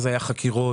אני חושב